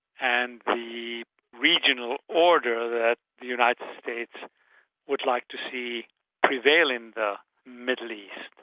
and the regional order that the united states would like to see prevail in the middle east.